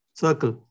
circle